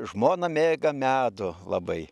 žmona mėga medų labai